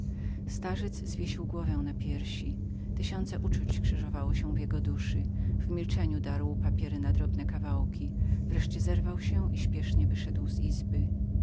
starzec zwiesił głowę na piersi tysiące uczuć krzyżowało się w jego duszy w milczeniu darł papiery na drobne kawałki wreszcie zerwał się i spiesznie wyszedł z izby